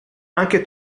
anche